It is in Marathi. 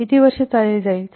किती वर्षे चालविली जाईल